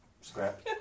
scrap